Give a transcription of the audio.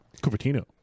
Cupertino